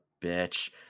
bitch